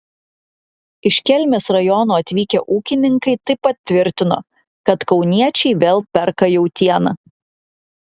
iš kelmės rajono atvykę ūkininkai taip pat tvirtino kad kauniečiai vėl perka jautieną